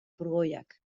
furgoiak